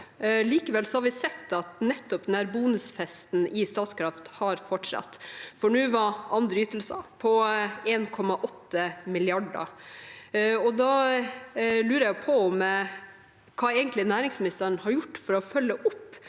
Likevel har vi sett at nettopp denne bonusfesten i Statkraft har fortsatt, for nå var «andre ytelser» på 1,8 mrd. kr. Da lurer jeg på hva næringsministeren egentlig har gjort for å følge opp.